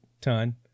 ton